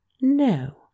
No